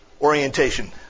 orientation